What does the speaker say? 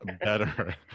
better